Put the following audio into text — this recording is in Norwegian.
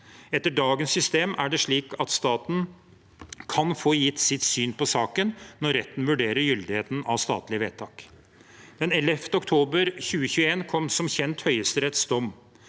Etter dagens system er det slik at staten kan få gitt sitt syn på saken når retten vurderer gyldigheten av statlige vedtak. Den 11. oktober 2021 kom som kjent Høyesteretts dom.